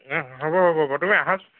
হ'ব হ'ব বাৰু তুমি আঁহাচোন